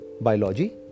biology